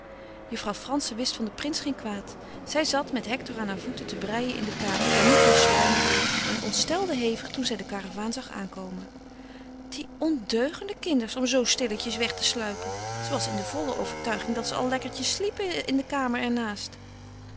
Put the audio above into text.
juffrouw frantzen wist van den prins geen kwaad zij zat met hector aan haar voeten te breien in de kamer waar nico sluimerde en ontstelde hevig toen zij de karavaan zag aankomen die ondeugende kinders om zoo stilletjes weg te sluipen ze was in de volle overtuiging dat ze al lekkertjes sliepen in de kamer